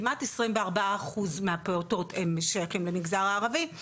כמעט 24 אחוז מהפעוטות הם שייכים למגזר הערבי,